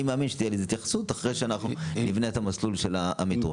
אני מאמין שתהיה לזה התייחסות אחרי שנבנה את המסלול של עמית רופא.